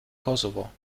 kosovo